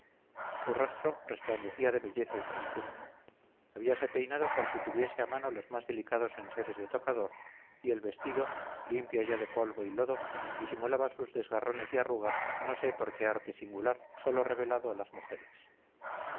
su rostro resplandecía de belleza y frescura habíase peinado cual si tuviese a mano los más delicados enseres de tocador y el vestido limpio ya de polvo y lodo disimulaba sus desgarrones y arrugas no sé por qué arte singular sólo revelado a las mujeres